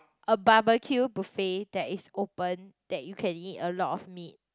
a barbecue buffet that is open that you can eat a lot of meat